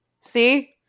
See